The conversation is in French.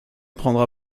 prendra